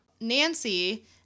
Nancy